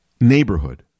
neighborhood